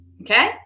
okay